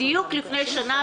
בדיוק לפני שנה,